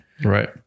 Right